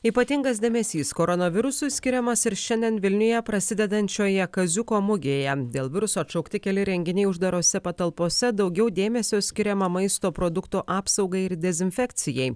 ypatingas dėmesys koronavirusui skiriamas ir šiandien vilniuje prasidedančioje kaziuko mugėje dėl viruso atšaukti keli renginiai uždarose patalpose daugiau dėmesio skiriama maisto produktų apsaugai ir dezinfekcijai